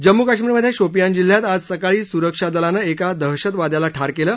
जम्मू कश्मीरमध्ये शोपियान जिल्ह्यात आज सकाळी सुरक्षा दलानं एका दहशतवाद्याला ठार केलं